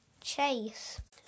chase